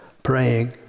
Praying